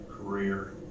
career